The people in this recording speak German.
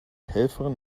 helferin